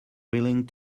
willing